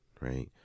right